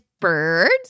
birds